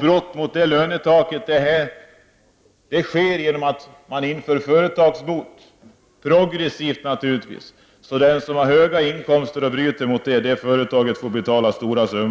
Brott mot regeln om det lönetaket beivras genom att man inför företagsbot — progressivt naturligtvis; när det gäller höga inkomster får företaget betala stora summor